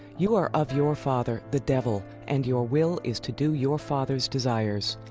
you are of your father, the devil, and your will is to do your father's desires.